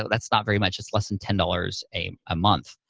that's not very much. it's less than ten dollars a ah month,